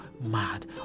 mad